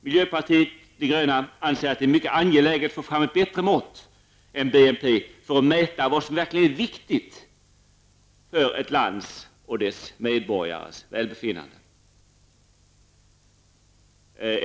Miljöpartiet de gröna anser att det är mycket angeläget att få fram ett bättre mått än BNP för att mäta vad som verkligen är viktigt för ett lands och dess medborgares välbefinnande.